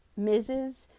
mrs